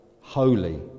holy